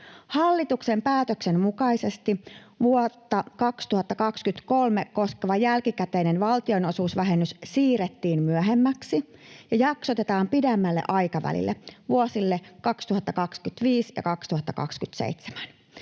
Hallituksen päätöksen mukaisesti vuotta 2023 koskeva jälkikäteinen valtionosuusvähennys siirrettiin myöhemmäksi ja jaksotetaan pidemmälle aikavälille, vuosille 2025—2027.